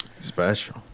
Special